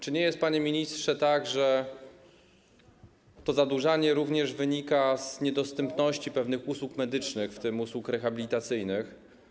Czy nie jest, panie ministrze, tak, że to zadłużanie wynika również z niedostępności pewnych usług medycznych, w tym usług rehabilitacyjnych?